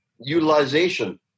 utilization